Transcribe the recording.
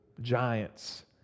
giants